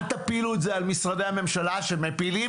אל תפילו את זה על משרדי הממשלה שמפילים